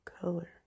color